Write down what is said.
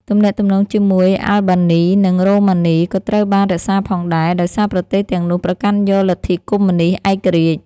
ទំនាក់ទំនងជាមួយអាល់បានី និងរូម៉ានី ក៏ត្រូវបានរក្សាផងដែរ ដោយសារប្រទេសទាំងនោះប្រកាន់យកលទ្ធិកុម្មុយនីស្តឯករាជ្យ។